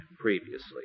previously